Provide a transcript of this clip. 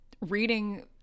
reading